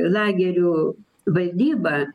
lagerių valdyba